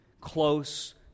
close